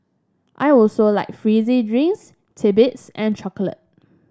I also like fizzy drinks titbits and chocolate